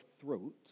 throat